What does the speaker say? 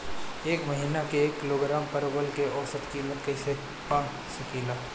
एक महिना के एक किलोग्राम परवल के औसत किमत कइसे पा सकिला?